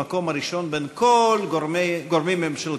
זכינו במקום הראשון בין כל הגורמים הממשלתיים